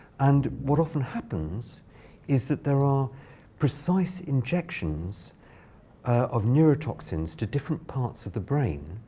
and what often happens is that there are precise injections of neurotoxins to different parts of the brain,